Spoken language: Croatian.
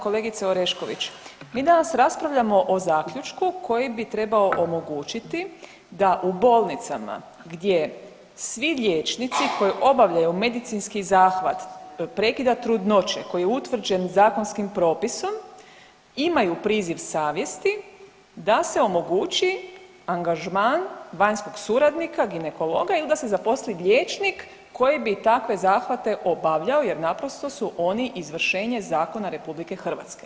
Poštovana kolegice Orešković, mi danas raspravljamo o zaključku koji bi trebao omogućiti da u bolnicama gdje svi liječnici koji obavljaju medicinski zahvat prekida trudnoće koji je utvrđen zakonskim propisom imaju priziv savjesti da se omogući angažman vanjskog suradnika, ginekologa ili da se zaposli liječnik koji bi takve zahvate obavljao jer naprosto su oni izvršenje zakona RH.